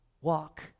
walk